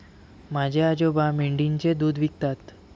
माझे आजोबा मेंढीचे दूध विकतात